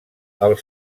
els